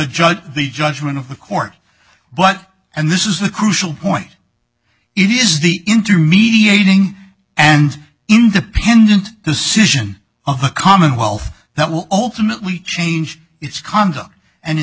judge the judgment of the court but and this is the crucial point it is the intermediating and independent decision of the commonwealth that will ultimately change its conduct and in